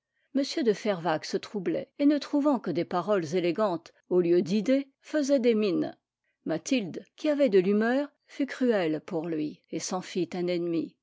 m de fervaques se troublait et ne trouvant que des paroles élégantes au lieu d'idées faisait des mines mathilde qui avait de l'humeur fut cruelle pour lui et s'en fit un ennemi